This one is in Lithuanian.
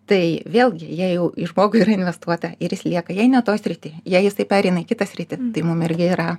tai vėlgi jei jau į žmogui yra investuota ir jis lieka jei ne toj srityj jei jisai pereina į kitą sritį tai mum irgi yra